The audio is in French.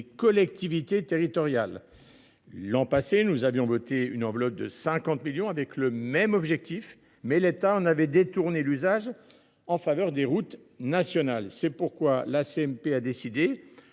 collectivités territoriales. L’année dernière, nous avions voté une enveloppe de 50 millions d’euros avec le même objectif, mais l’État en avait détourné l’usage en faveur des routes nationales. C’est pourquoi la commission